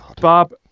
Bob